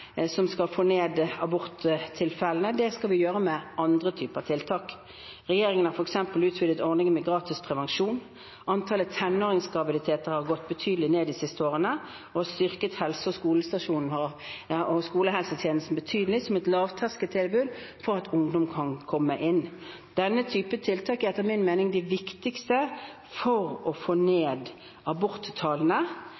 som skal få ned antallet aborttilfeller, det skal vi gjøre med andre typer tiltak. Regjeringen har f.eks. utvidet ordningen med gratis prevensjon – antallet tenåringsgraviditeter har gått betydelig ned de siste årene – og har styrket helsestasjons- og skolehelsetjenesten betydelig som et lavterskeltilbud for at ungdom kan komme inn. Denne type tiltak er etter min mening de viktigste for å få